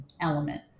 element